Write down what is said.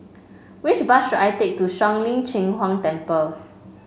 which bus should I take to Shuang Lin Cheng Huang Temple